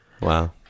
Wow